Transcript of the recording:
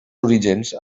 orígens